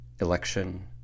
Election